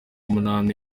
munani